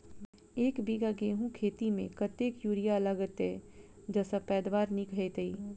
एक बीघा गेंहूँ खेती मे कतेक यूरिया लागतै जयसँ पैदावार नीक हेतइ?